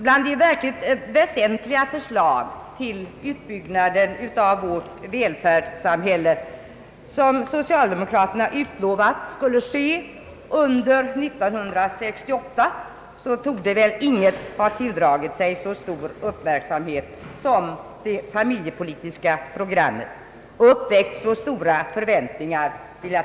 Bland de verkligt väsentliga förslag till utbyggnaden av vårt välfärdssamhälle, som socialdemokraterna utlovat skulle ske under 1968, torde väl inget ha tilldragit sig så stor uppmärksamhet som det familjepolitiska programmet och — vill jag tillägga — uppväckt så stora förväntningar.